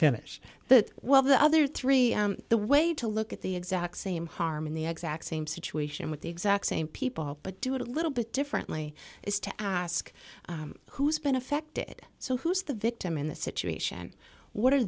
that well the other three the way to look at the exact same harm in the exact same situation with the exact same people but do it a little bit differently is to ask who's been affected so who's the victim in the situation what are